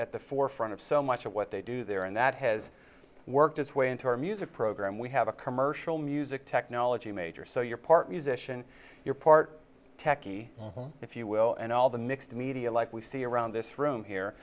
at the forefront of so much of what they do there and that has worked its way into our music program we have a commercial music technology major so you're part musician you're part techie if you will and all the mixed media like we see around this room